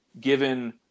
given